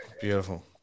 Beautiful